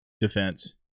defense